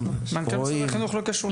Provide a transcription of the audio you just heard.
מנכ"ל משרד החינוך לא קשור לאירוע.